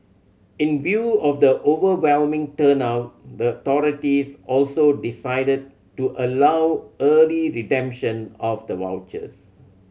in view of the overwhelming turnout the authorities also decided to allow early redemption of the vouchers